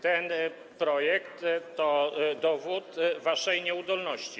Ten projekt to dowód waszej nieudolności.